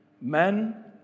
Men